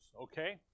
Okay